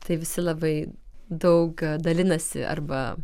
tai visi labai daug dalinasi arba